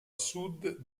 sud